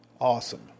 Awesome